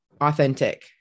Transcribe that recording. authentic